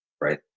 Right